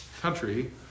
country